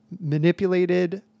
manipulated